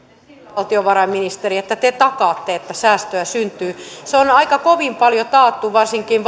valtiovarainministeri että te takaatte että säästöä syntyy se on aika kovin paljon taattu varsinkin